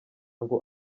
ngo